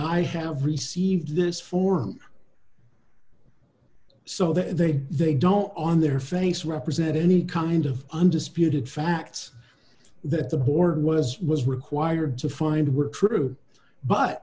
i have received this form so that they they don't on their face represent any kind of undisputed facts that the board was was required to find were true but